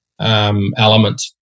Element